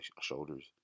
shoulders